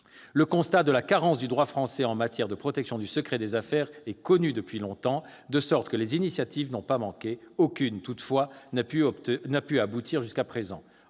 Le constat de la carence du droit français en matière de protection du secret des affaires est connu depuis longtemps, de sorte que les initiatives n'ont pas manqué ; aucune, toutefois, n'a pu aboutir jusqu'à présent.